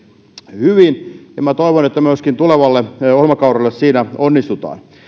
hyvin ja minä toivon että myöskin tulevalle ohjelmakaudelle siinä onnistutaan